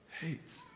Hates